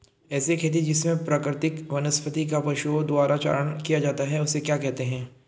ऐसी खेती जिसमें प्राकृतिक वनस्पति का पशुओं द्वारा चारण किया जाता है उसे क्या कहते हैं?